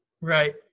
right